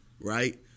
right